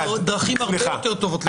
יש לי דרכים הרבה יותר טובות.